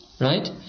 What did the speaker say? right